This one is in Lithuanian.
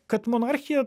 kad monarchija